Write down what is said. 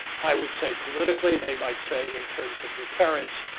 i would say politically, they might say in terms of deterrents,